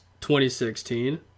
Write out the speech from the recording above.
2016